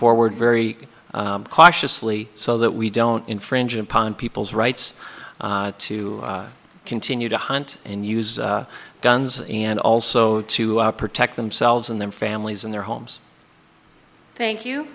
forward very cautiously so that we don't infringe upon people's rights to continue to hunt and use guns and also to protect themselves and their families in their homes thank you